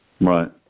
Right